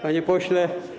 Panie Pośle!